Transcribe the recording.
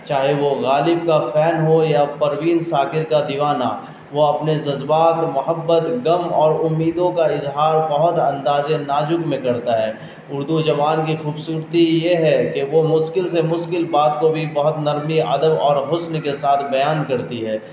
چاہے وہ غالب کا فین ہو یا پروین شاکر کا دیوانہ وہ اپنے جذبات محبت غم اور امیدوں کا اظہار بہت انداز نازک میں کرتا ہے اردو زبان کی خوبصورتی یہ ہے کہ وہ مشکل سے مشکل بات کو بھی بہت نرمی ادب اور حسن کے ساتھ بیان کرتی ہے